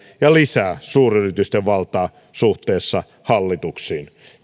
ja lisää suuryritysten valtaa suhteessa hallituksiin